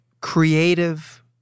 creative